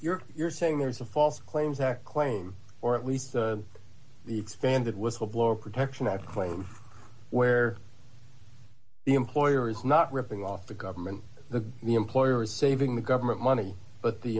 you're you're saying there's a false claims act claim or at least the expanded whistleblower protection act claim where the employer is not ripping off the government the employer is saving the government money but the